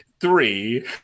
three